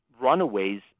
runaways